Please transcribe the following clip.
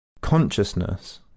Consciousness